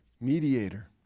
Mediator